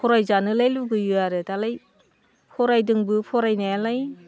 फरायजानोलाय लुबैयो आरो दालाय फरायदोंबो फरायनायालाय